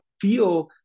feel